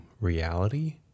reality